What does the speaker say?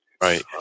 right